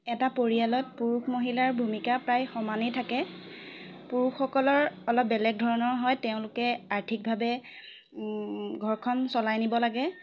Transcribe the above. এটা পৰিয়ালত পুৰুষ মহিলাৰ ভূমিকা প্ৰায় সমানেই থাকে পুৰুষসকলৰ অলপ বেলেগ ধৰণৰ হয় তেওঁলোকে আৰ্থিকভাৱে ঘৰখন চলাই নিব লাগে